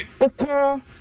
Okay